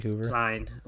sign